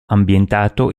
ambientato